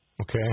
Okay